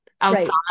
outside